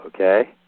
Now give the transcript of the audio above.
okay